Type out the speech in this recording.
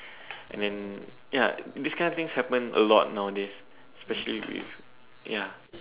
and then ya this kinds of thing happen a lot nowadays especially with ya